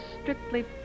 strictly